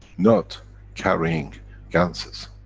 not carrying ganses